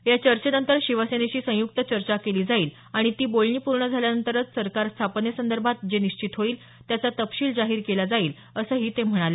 या चर्चेनंतर शिवसेनेशी संयुक्त चर्चा केली जाईल आणि ती बोलणी पूर्ण झाल्यानंतरच सरकार स्थापनेसंदर्भात जे निश्चित होईल त्याचा तपशील जाहीर केला जाईल असंही ते म्हणाले